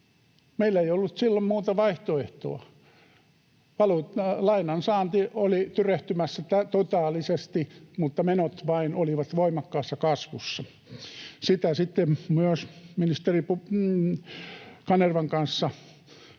Meillä ei ollut silloin muuta vaihtoehtoa. Lainan saanti oli tyrehtymässä totaalisesti, mutta menot vain olivat voimakkaassa kasvussa. Sitä sitten myös ministeri Kanervan kanssa